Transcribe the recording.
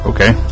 Okay